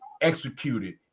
executed